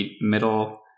middle